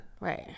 Right